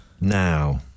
Now